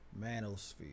manosphere